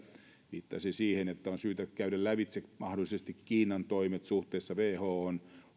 viittasi siihen että on syytä käydä lävitse mahdollisesti kiinan toimet suhteessa whohon